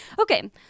Okay